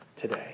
today